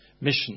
mission